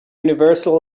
universal